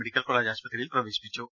medical college ആശുപത്രിയിൽ പ്രവേശിപ്പിച്ചു